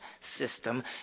system